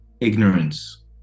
ignorance